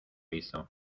hizo